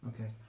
Okay